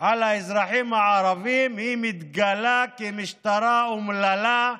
על האזרחים הערבים, היא מתגלה כמשטרה אומללה,